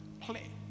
Play